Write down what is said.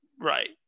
Right